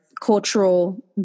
cultural